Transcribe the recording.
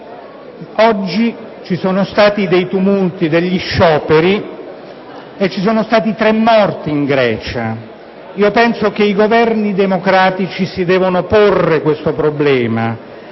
Oggi si sono verificati dei tumulti, degli scioperi e ci sono stati tre morti in Grecia. Penso che i Governi democratici debbano porsi questo problema,